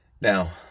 Now